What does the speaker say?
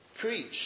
preach